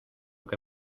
que